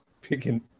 picking